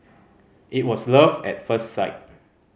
it was love at first sight